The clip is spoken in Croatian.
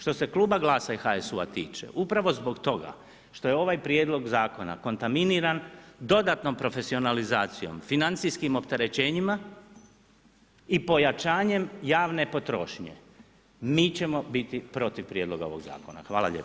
Što se kluba GLAS-a i HSU-a tiče, upravo zbog toga što je ovaj prijedlog Zakona kontaminiran dodatnom profesionalizacijom, financijskim opterećenjima i pojačanjem javne potrošnje, mi ćemo protiv prijedloga ovog Zakona.